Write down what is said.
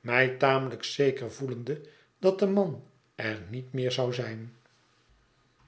mij tamelijk zeker voelende dat de man er niet meer zou zijn